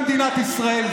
במדינת ישראל.